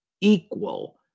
equal